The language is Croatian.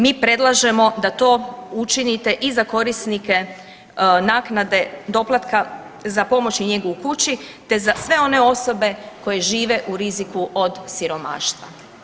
Mi predlažemo da to učinite i za korisnike naknade doplatka za pomoć i njegu u kući te sve osobe koje žive u riziku od od siromaštva.